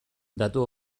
datu